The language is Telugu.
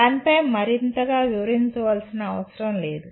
దానిపై మరింతగా వివరించాల్సిన అవసరం లేదు